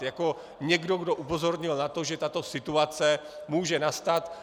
Jako někdo, kdo upozornil na to, že tato situace může nastat.